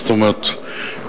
זאת אומרת,